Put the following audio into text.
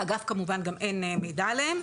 לאגף כמובן, גם אין מידע עליהם,